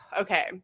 okay